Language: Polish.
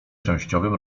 częściowym